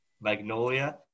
Magnolia